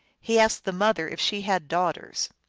he asked the mother if she had daughters.